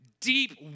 deep